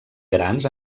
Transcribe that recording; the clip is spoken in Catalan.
grans